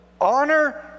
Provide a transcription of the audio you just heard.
honor